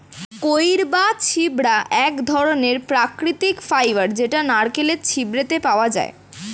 কইর বা ছোবড়া এক ধরণের প্রাকৃতিক ফাইবার যেটা নারকেলের ছিবড়েতে পাওয়া যায়